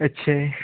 ਅੱਛਾ ਜੀ